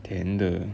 tender